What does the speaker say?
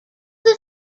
the